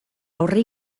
aurre